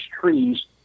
trees